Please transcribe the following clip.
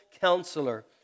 Counselor